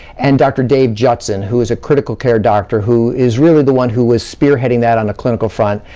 and dr. dave judson, who is a critical care doctor who is really the one who was spearheading that on the clinical front.